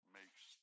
makes